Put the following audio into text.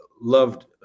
loved